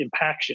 Impaction